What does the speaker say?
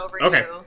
Okay